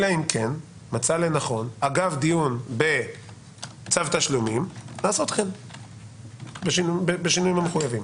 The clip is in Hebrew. אלא אם כן מצא לנכון אגב דיון בצו תשלומים לעשות כן בשינויים המחויבים.